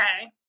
okay